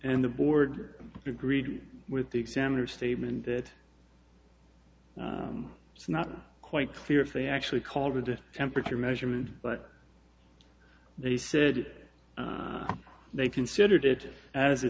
and the board agreed with the examiner statement that it's not quite clear if they actually called it a temperature measurement but they said they considered it as a